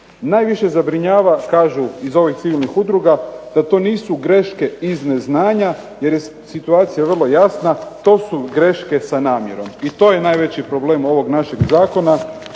Najviše zabrinjava, kažu iz ovih civilnih udruga, da to nisu greške iz neznanja jer je situacija vrlo jasna. To su greške sa namjerom i to je najveći problem ovog našeg zakona